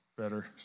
better